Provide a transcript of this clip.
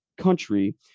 country